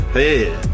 hey